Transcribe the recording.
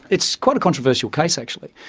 it's quite a controversial case, actually,